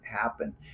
happen